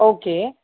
okay